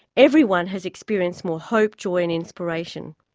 everyone has experienced more hope, joy and inspiration.